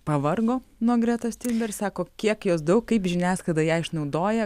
pavargo nuo gretos tiunber sako kiek jos daug kaip žiniasklaida ją išnaudoja